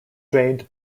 drained